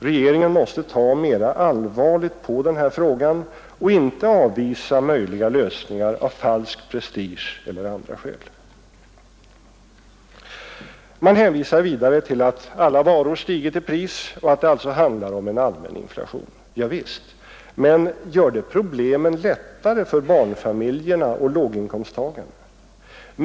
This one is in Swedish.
Regeringen måste ta mera allvarligt på den här frågan och inte avvisa möjliga lösningar av falsk prestige eller av andra skäl. Man hänvisar vidare till att alla varor stigit i pris och att det alltså handlar om en allmän inflation. Javisst, men gör det problemen lättare för barnfamiljerna och låginkomsttagarna?